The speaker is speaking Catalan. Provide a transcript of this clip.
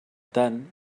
tant